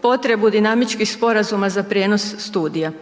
potrebu dinamičkih sporazuma za prijenos studija.